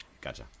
Gotcha